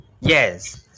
yes